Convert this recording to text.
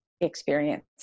experience